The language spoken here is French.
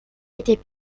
était